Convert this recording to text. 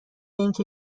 اینکه